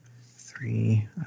three